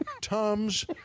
Tom's